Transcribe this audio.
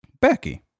Becky